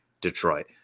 Detroit